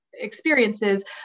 experiences